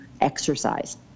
exercise